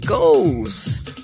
Ghost